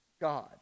God